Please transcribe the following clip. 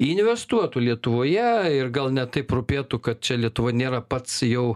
investuotų lietuvoje ir gal ne taip rūpėtų kad čia lietuva nėra pats jau